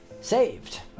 saved